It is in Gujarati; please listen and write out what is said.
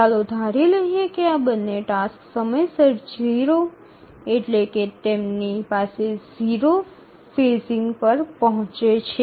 ચાલો ધારી લઈએ કે આ બંને ટાસક્સ સમયસર 0 એટલે કે તેમની પાસે 0 ફેઝિંગ પર પહોંચે છે